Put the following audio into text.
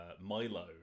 Milo